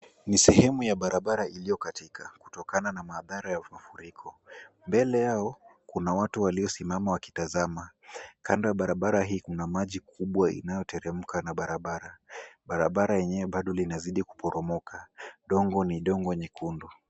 Ni sehemu ya barabara iliyo katika. Kutokana na madhara ya mafuriko. Mbele yao kuna watu waliosimama wakitazama. Kando ya barabara hii kuna maji kubwa inayoteremka na barabara. Barabara yenyewe bado linazidi kuporomoka. Dongo ni dongo nyekundu.